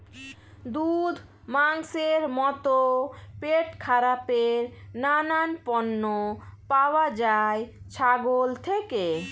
দুধ, মাংসের মতো পেটখারাপের নানান পণ্য পাওয়া যায় ছাগল থেকে